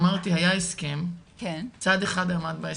אמרתי שהיה הסכם, צד אחד עמד בהסכם,